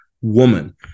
woman